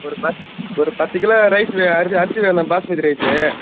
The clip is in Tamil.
ஒரு பத் ஒரு பத்து கிலோ ரைஸ் வே அரிசி அரிசி வேணும் பாஸ்மதி ரைஸு